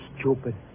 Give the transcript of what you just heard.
stupid